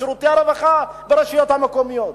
שירותי הרווחה ברשויות המקומיות.